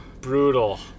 brutal